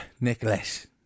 Nicholas